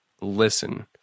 listen